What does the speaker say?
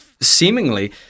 Seemingly